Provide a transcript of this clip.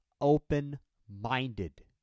open-minded